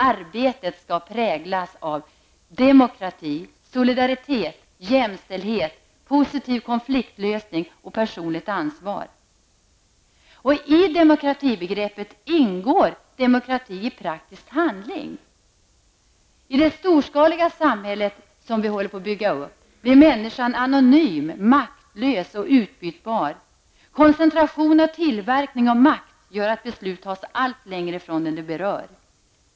Arbetet skall präglas av demokrati, solidaritet, jämställdhet, positiv konfliktlösning och personligt ansvar. I demokratibegreppet ingår demokrati i praktisk handling. I det storskaliga samhälle som vi håller på att bygga upp blir människan anonym, maktlös och utbytbar. Koncentration av makt gör att beslut tas allt längre från den det berör.